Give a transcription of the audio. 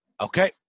Okay